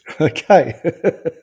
Okay